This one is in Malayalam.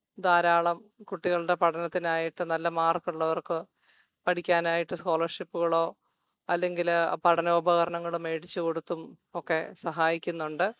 ധാരാളം കുട്ടികളുടെ പഠനത്തിനായിട്ട് നല്ല മാർക്കുള്ളവർക്ക് പഠിക്കാനായിട്ട് സ്കോളർഷിപ്പ്കളോ അല്ലെങ്കിൽ പഠനോപകരണങ്ങൾ മേടിച്ചുകൊടുത്തും ഒക്കെ സഹായിക്കുന്നുണ്ട്